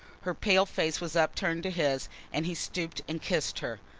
her pale face was upturned to his and he stooped and kissed her.